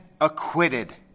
acquitted